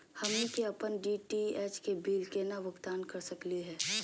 हमनी के अपन डी.टी.एच के बिल केना भुगतान कर सकली हे?